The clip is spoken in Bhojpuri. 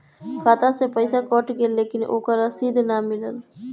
खाता से पइसा कट गेलऽ लेकिन ओकर रशिद न मिलल?